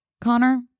Connor